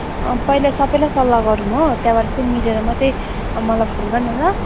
अँ पहिला सबैले सल्लाह गरौँ हो त्यहाँबाट चाहिँ मिलेर मात्रै मलाई फोन गर्न न ल